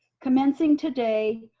commencing today,